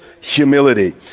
humility